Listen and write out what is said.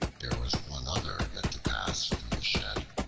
there is one other yet to pass through the shed,